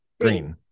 Green